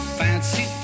fancy